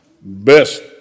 best